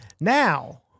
Now